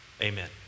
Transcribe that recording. amen